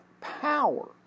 power